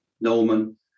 Norman